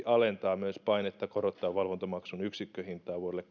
alentaa myös painetta korottaa valvontamaksun yksikköhintaa vuodelle